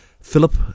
philip